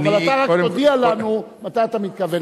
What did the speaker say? אבל אתה רק תודיע לנו מתי אתה מתכוון